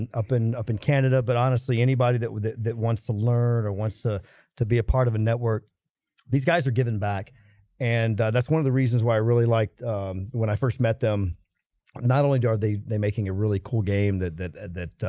and up and up in canada, but honestly anybody that that wants to learn or wants to to be a part of a network these guys are giving back and that's one of the reasons why i really liked when i first met them not only are they they making a really cool game that that that